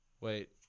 Wait